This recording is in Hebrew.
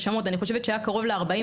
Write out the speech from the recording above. חושב שאם תכירי אותנו קצת יותר לעומק,